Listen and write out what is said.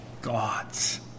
gods